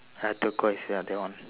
ah turquoise ah that one